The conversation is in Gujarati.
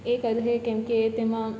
એ કરશે કેમકે તેમાં